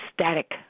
static